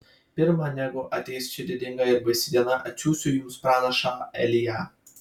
pirma negu ateis ši didinga ir baisi diena atsiųsiu jums pranašą eliją